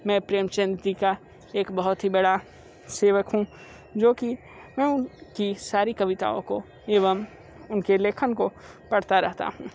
मैं प्रेमचंद जी का एक बहुत ही बड़ा सेवक हूँ जो कि मैं उनकी सारी कविताओं को एवं उनके लेखन को पढ़ता रहता हूँ